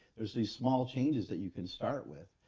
there's these small changes that you can start with.